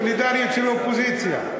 סולידריות של האופוזיציה.